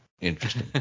Interesting